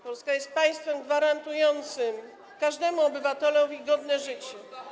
Polska jest państwem gwarantującym każdemu obywatelowi godne życie.